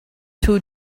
two